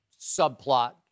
subplot